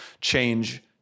change